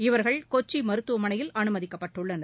இவர்கள் கொச்சிமருத்துவமனையில் அனுமதிக்கப்பட்டுள்ளனர்